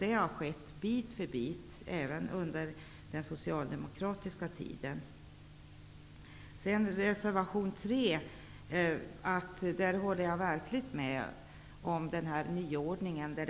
Det har skett bit för bit även under den socialdemokratiska regeringstiden. Jag instämmer helt i det förslag till nyordning som finns i reservation 3.